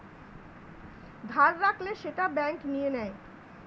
ধার রাখলে সেটা ব্যাঙ্ক নিয়ে নেয়